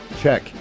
check